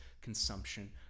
consumption